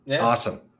Awesome